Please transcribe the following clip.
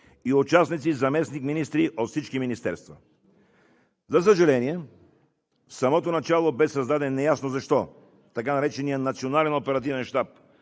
и участници заместник-министри от всички министерства. За съжаление, неясно защо в самото начало бе създаден така нареченият Национален оперативен щаб,